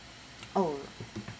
oh